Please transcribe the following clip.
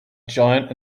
giant